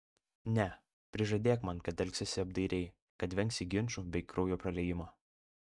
ne prižadėk man kad elgsiesi apdairiai kad vengsi ginčų bei kraujo praliejimo